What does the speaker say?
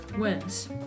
wins